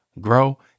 grow